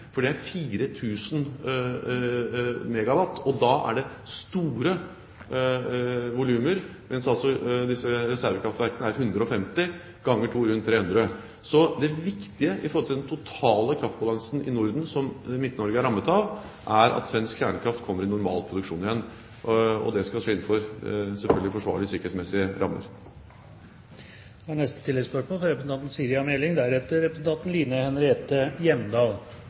for de gir 4 000 MW. Det er store volumer, mens disse reservekraftverkene gir 150 MW – ganger to: altså rundt 300 MW. Så det viktige når det gjelder den totale kraftbalansen i Norden, som Midt-Norge er rammet av, er at svensk kjernekraft kommer i normal produksjon igjen. Det skal selvfølgelig skje innenfor sikkerhetsmessig forsvarlige rammer.